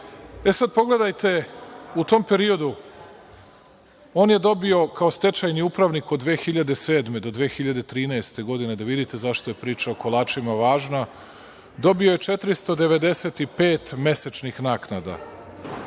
pogledajte, u tom periodu on je dobio kao stečajni upravnik od 2007. do 2013. godine, da vidite zašto je priča o kolačima važna, dobio je 495 mesečnih naknada.